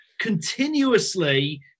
continuously